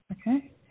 Okay